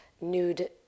nude